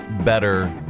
better